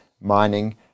mining